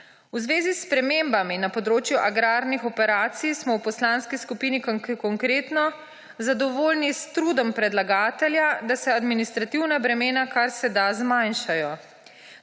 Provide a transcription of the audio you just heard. V zvezi s spremembami na področju agrarnih operacij smo v Poslanski skupini Konkretno zadovoljni s trudom predlagatelja, da se administrativna bremena kar se da zmanjšajo.